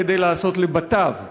כדי לעשות לבתיו.